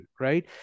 right